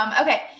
Okay